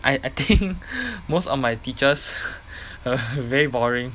I I think most of my teachers err very boring